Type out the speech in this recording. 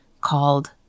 called